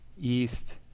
east